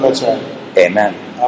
Amen